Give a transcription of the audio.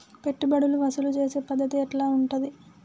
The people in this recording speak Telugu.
పెట్టుబడులు వసూలు చేసే పద్ధతి ఎట్లా ఉంటది?